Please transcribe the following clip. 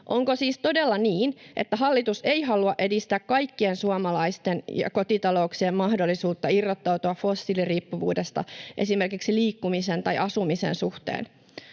Onko siis todella niin, että hallitus ei halua edistää kaikkien suomalaisten ja kotitalouksien mahdollisuutta irrottautua fossiiliriippuvuudesta esimerkiksi liikkumisen tai asumisen suhteen?